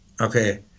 okay